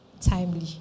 timely